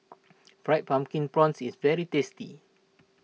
Fried Pumpkin Prawns is very tasty